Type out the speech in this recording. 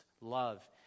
love